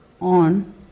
on